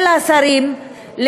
של השרים,